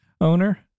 owner